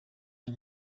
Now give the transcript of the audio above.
aya